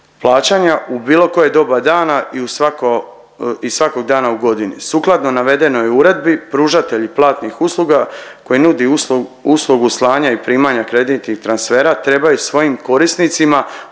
plaćanja u bilo koje doba dana i u svako i svakog dana u godini. Sukladno navedenoj uredbi, pružatelji platnih usluga koji nudi uslugu slanja i primanja kreditnih transfera trebaju svojim korisnicima